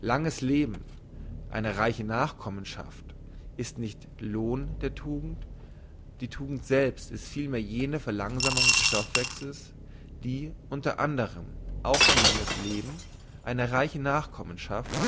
langes leben eine reiche nachkommenschaft ist nicht der lohn der tugend die tugend ist vielmehr selbst jene verlangsamung des stoffwechsels die unter anderem auch ein langes leben eine reiche nachkommenschaft